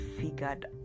figured